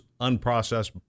unprocessed